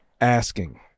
asking